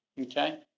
okay